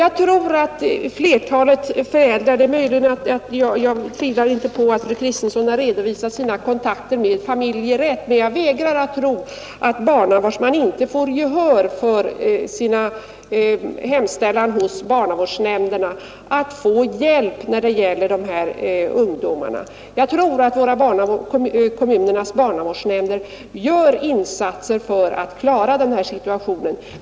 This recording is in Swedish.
Jag tvivlar inte på att fru Kristensson på ett riktigt sätt har redovisat sina kontakter med familjer med narkomaner, men jag vägrar tro att man hos barnavårdsnämnden inte får gehör för sin hemställan om hjälp till dessa ungdomar. Kommunernas barnavårdsnämnder gör insatser för att klara den situationen.